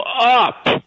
up